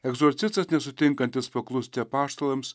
egzorcistas nesutinkantis paklusti apaštalams